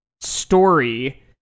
story